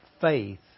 faith